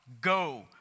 go